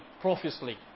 profusely